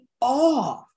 off